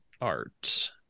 art